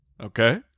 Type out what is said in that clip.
okay